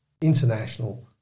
international